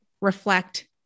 reflect